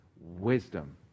Wisdom